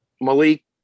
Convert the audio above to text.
Malik